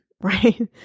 right